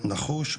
נחוש,